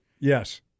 Yes